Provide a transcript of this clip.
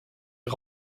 est